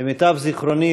למיטב זיכרוני,